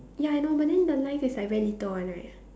ya I know but then the lines is like very little one right